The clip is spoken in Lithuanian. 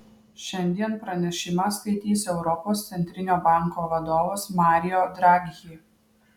šiandien pranešimą skaitys europos centrinio banko vadovas mario draghi